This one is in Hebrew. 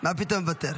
מה פתאום מוותר.